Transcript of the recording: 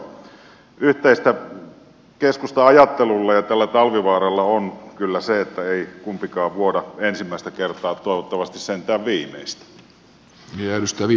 yhteistä keskustan ajattelulla ja tällä talvivaaralla on kyllä se että ei kumpikaan vuoda ensimmäistä kertaa toivottavasti sentään viimeistä